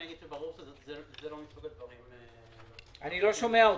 ברור שזה לא מסוג הדברים -- אני לא שומע אותך.